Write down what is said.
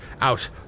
out